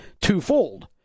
twofold